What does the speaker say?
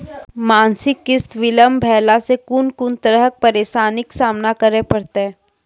मासिक किस्त बिलम्ब भेलासॅ कून कून तरहक परेशानीक सामना करे परतै?